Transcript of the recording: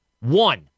One